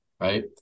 right